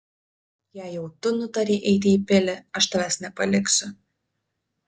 jei jau tu nutarei eiti į pilį aš tavęs nepaliksiu